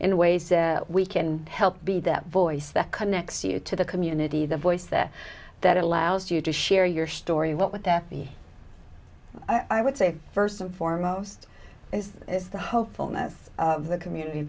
in ways we can help be that voice that connects you to the community the voice there that allows you to share your story what would that be i would say first and foremost is is the hopefulness of the community